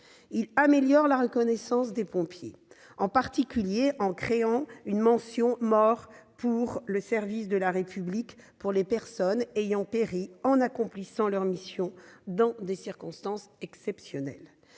loi améliore la reconnaissance des pompiers, en particulier en créant une mention « Mort pour le service de la République » afin d'honorer les personnes ayant péri en accomplissant leurs missions dans des circonstances exceptionnelles.